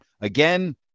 Again